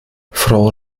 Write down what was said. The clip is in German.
frau